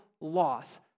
loss